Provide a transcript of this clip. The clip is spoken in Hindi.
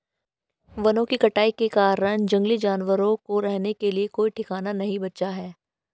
वनों की कटाई के कारण जंगली जानवरों को रहने के लिए कोई ठिकाना नहीं बचा है